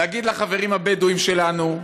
להגיד לחברים הבדואים שלנו: